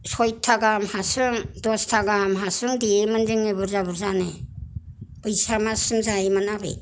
सयथा गाहाम हासुं दसथा गाहाम हासुं देयोमोन जोङो बुरजा बुरजानो बैसाग माससिम जायोमोन आबै